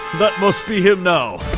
but must be him now